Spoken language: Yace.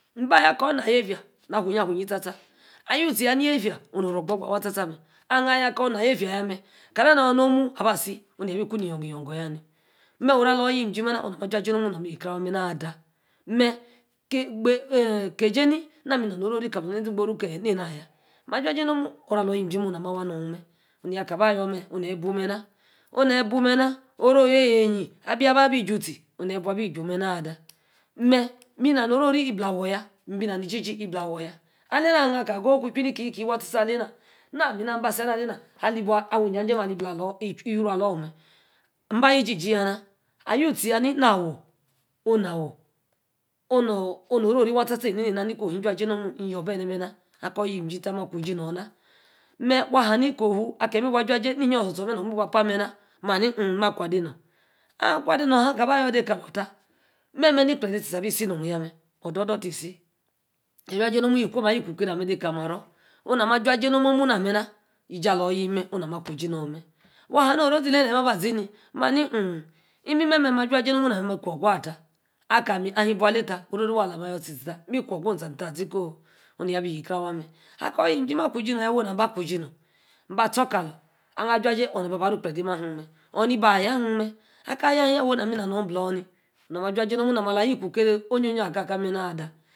mba. ayor akor. na yiefia. na. afuyí-afuyí. tsa-tsa ayu-tiē yaa yefia noru. ogbogba. waa tsa-tsa meh. ah han. yor akor na yefía yameh. kana nayor nomu:aba-si. neyeeh. abi ku-ni yon-gon-yon-gon yah-ni meh oru. alor yeeh yim jim. nami aja jie nomu nah mi yikre awaa meh ada. meh kí. kejíe ni nami na-no-ori kalor. neȝi igboru yaa ke-nenaya. ma-j̄ajie. nomu. oru. alor yeem-jim na ma waa. meh emeh na. yaka ba yor. ibu meh. na oh ne-bu meh na. oro-oyeyaa. abi-aba baa. abí ju-tie. neyi abí jue. meh na ada meh mi nanorori íblawor yaa. mbi na-ni-ji-ji-iblawor yaa. alena. nya-ka. agu-gu ichi-keyi waa. tsa-tsa. aleh. na. nami. aba seneh-alena. alibua awí-ija-j̄íe. alu-aka-bi ruu alor meh. maa. yeeh jiji yaa nah. awui tie yaa ni nawor. oh nawor. oh no-ori waah tsa-tsa ena. nn jaji nomu. nn-yor ebinenena. akor yim-jim ma kuji nor. na. meh waa. haa ni ko-huu. ake meh ibu. aja-ji ní enyí osor-sor. nami meh akpa meh na. nami akwa ade-non. aha. akwa. ade-non ana. akwa ade nor. am-ba de kalor tah memeh ne-kplede izi-za abí si nor yaa. meh. odudu ki-si. aja-si nomu. ettie ikwom ayikukeray de kalí maro. oh nami aja-ji nomu. na memah. iji alor yeem meh. nami aku. iji nor meh. waa no-oro zi lay neyi meh aba ziney ma yaa ní hem, imimem meh ma-aja-jie no-muma meh. mi-kwogu-ah tah. aka-mi-ibu alay tah. orori. waah alami ayor/meh. kwo-go nta ziko. oh yabí shí-krie awaa meh. akor yeem jim ma aku iji. nor. mba astor kalor. ahía aju-aj̀ie oh ni ba. aru-ikplede akeem orr ni ba aya heem meh. aka. yor yaa. woyi. nami mme nanor iblor-ni. nami aja jie. nomu nah ayi kukeray aga-gah meh na-ada